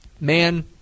man